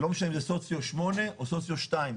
לא משנה אם זה סוציו 8 או סוציו 2,